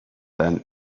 then